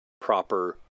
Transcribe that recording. proper